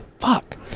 Fuck